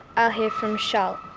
i'll hear from charlotte.